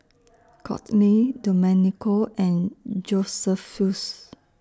Kortney Domenico and Josephus